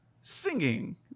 singing